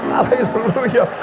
Hallelujah